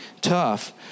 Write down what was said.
tough